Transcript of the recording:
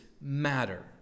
matter